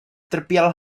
trpěl